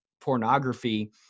pornography